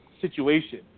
situation